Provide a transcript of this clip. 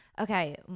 Okay